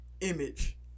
image